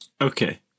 Okay